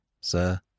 Sir